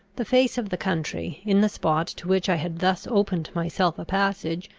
the face of the country, in the spot to which i had thus opened myself a passage,